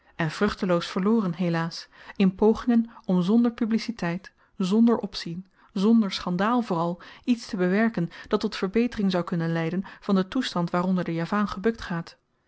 doorgeworsteld en vruchteloos verloren helaas in pogingen om zonder publiciteit zonder opzien zonder schandaal vooral iets te bewerken dat tot verbetering zou kunnen leiden van den toestand waaronder de javaan gebukt gaat